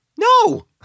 no